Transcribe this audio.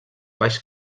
baix